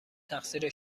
تقصیر